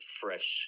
fresh